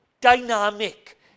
dynamic